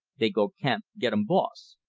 dey go camp gettum boss.